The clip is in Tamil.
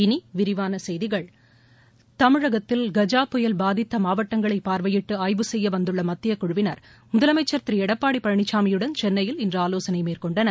இனி விரிவான செய்திகள் தமிழகத்தில் கஜா புயல் பாதித்த மாவட்டங்களை பார்வையிட்டு ஆய்வு செய்ய வந்துள்ள மத்தியக் குழுவினர் முதலமைச்சர் திரு எடப்பாடி பழனிசாமியுடன் சென்னையில் இன்று ஆலோசனை மேற்கொண்டனர்